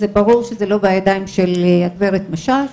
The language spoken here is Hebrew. זה ברור שזה לא בידיים של הגב' משש,